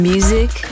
Music